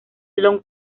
long